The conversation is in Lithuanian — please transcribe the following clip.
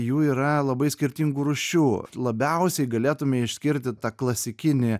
jų yra labai skirtingų rūšių labiausiai galėtume išskirti tą klasikinį